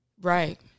Right